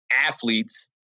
athletes